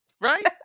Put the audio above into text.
right